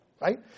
Right